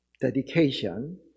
Dedication